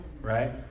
right